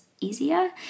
easier